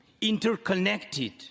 interconnected